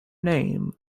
name